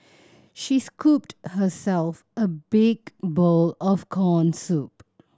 she scooped herself a big bowl of corn soup